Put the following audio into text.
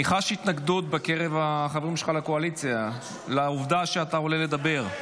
אני חש התנגדות בקרב החברים שלך לקואליציה לעובדה שאתה עולה לדבר.